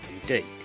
indeed